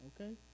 Okay